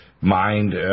mind